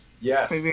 Yes